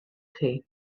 chi